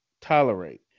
tolerate